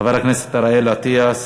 חבר הכנסת אריאל אטיאס,